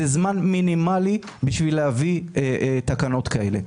זה זמן מינימלי בשביל להביא תקנות כאלה.